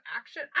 action